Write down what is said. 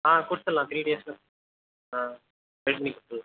ஆ கொடுத்துர்லாம் த்ரீ டேஸில் ஆ ஃப்ரேம் பண்ணி கொடுத்துர்லாம்